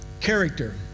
character